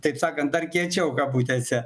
taip sakant dar kiečiau kabutėse